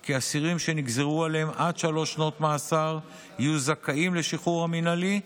כי אסירים שנגזרו עליהם עד שלוש שנות מאסר יהיו זכאים לשחרור המינהלי,